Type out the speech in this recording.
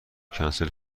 کنسل